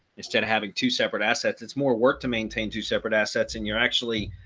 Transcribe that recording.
instead of having two separate assets, it's more work to maintain two separate assets, and you're actually,